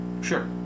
Sure